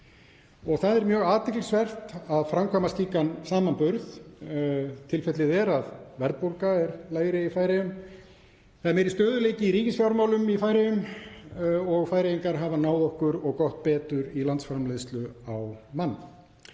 Það er mjög athyglisvert að framkvæma slíkan samanburð. Tilfellið er að verðbólga er lægri í Færeyjum, það er meiri stöðugleiki í ríkisfjármálum í Færeyjum og Færeyingar hafa náð okkur og gott betur í landsframleiðslu á mann.